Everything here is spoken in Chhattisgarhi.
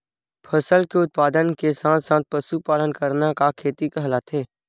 फसल के उत्पादन के साथ साथ पशुपालन करना का खेती कहलाथे?